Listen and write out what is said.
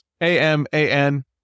A-M-A-N